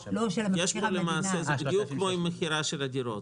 זה בדיוק כמו עם מכירה של הדירות.